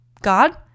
God